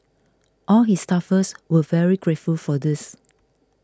all his staffers were very grateful for this